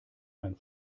ein